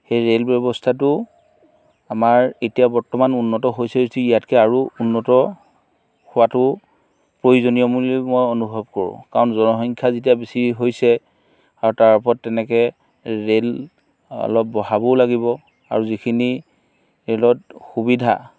সেই ৰে'ল ব্যৱস্থাটো আমাৰ এতিয়া বৰ্তমান উন্নত হৈছে যদি ইয়াতকৈ আৰু উন্নত হোৱাটো প্ৰয়োজনীয় বুলি অনুভৱ কৰোঁ কাৰণ জনসংখ্যা যেতিয়া বেছি হৈছে আৰু তাৰ ওপৰত তেনেকে ৰে'ল অলপ বঢ়াবও লাগিব আৰু যিখিনি ৰে'লত সুবিধা